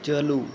ᱪᱟᱹᱞᱩ